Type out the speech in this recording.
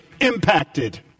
impacted